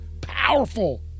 powerful